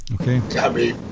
Okay